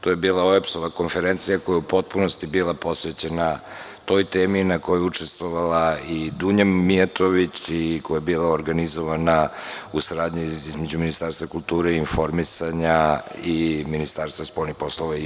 To je bila OEBS Konferencija je u potpunosti bila posvećena toj temi, na kojoj je učestvovala i Dunja Mijatović i koja je bila organizovana u saradnji između Ministarstva kulture i informisanja i Ministarstva spoljnih poslova i OEBS.